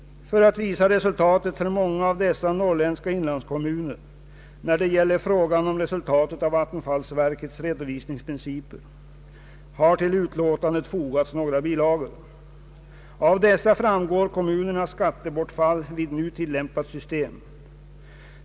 För att visa resultatet för många av dessa norrländska inlandskommuner när det gäller frågan om resultatet av vattenfallsverkets redovisningsprinciper har till utlåtandet fogats några bilagor. Av dessa framgår kommunernas skattebortfall vid nu tillämpat system.